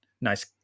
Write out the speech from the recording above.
nice